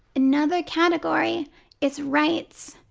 another category is rights.